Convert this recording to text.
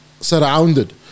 surrounded